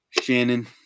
Shannon